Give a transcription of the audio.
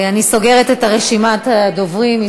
אני סוגרת את רשימת הדוברים.